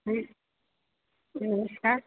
जी नमस्कार